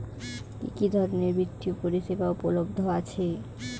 কি কি ধরনের বৃত্তিয় পরিসেবা উপলব্ধ আছে?